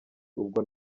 ubwo